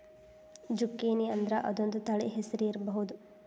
ಜುಕೇನಿಅಂದ್ರ ಅದೊಂದ ತಳಿ ಹೆಸರು ಇರ್ಬಹುದ